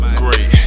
great